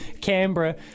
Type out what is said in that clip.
Canberra